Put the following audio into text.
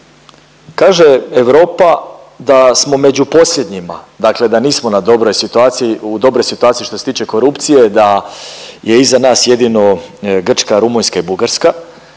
Kaže Europa da smo među posljednjima, dakle da nismo na dobroj situaciji u dobroj situaciji što se tiče korupcije da je iza nas jedino Grčka, Rumunjska i Bugarska